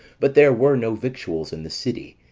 but there were no victuals in the city,